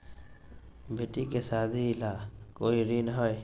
बेटी के सादी ला कोई ऋण हई?